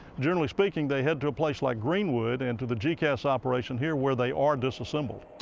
generally speaking, they head to a place like greenwood and to the gecas operation here where they are disassembled.